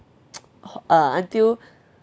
uh until